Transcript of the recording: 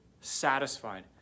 satisfied